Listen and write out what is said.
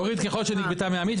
להוריד 'ככל שנגבתה מעמית',